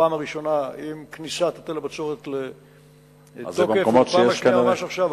בפעם הראשונה עם כניסת היטל הבצורת לתוקף ובפעם השנייה ממש עכשיו,